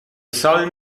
sullen